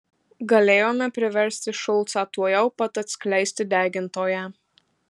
galėjome priversti šulcą tuojau pat atskleisti degintoją